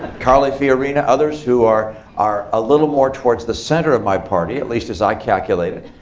carly fiorina, others who are are a little more towards the center of my party, at least as i calculate it.